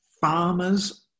farmers